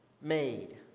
made